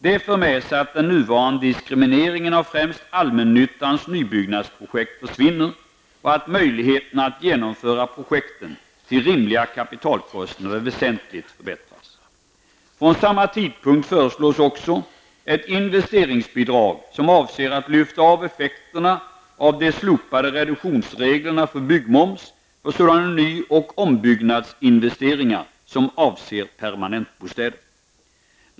Det för med sig att den nuvarande diskrimineringen av främst allmännyttans nybyggnadsprojekt försvinner och att möjligheterna att genomföra projekten till rimliga kapitalkostnader väsentligt förbättras. Från samma tidpunkt föreslås också att ett investeringsbidrag införs som avser att lyfta av effekterna av de slopade reduktionsreglerna för byggmoms för sådana ny och ombyggnadsinvesteringar som avser permanentbostäder.